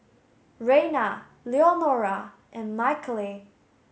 Reyna Leonora and Michaele